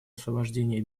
освобождения